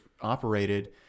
operated